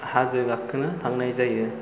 हाजो गाखोनो थांनाय जायो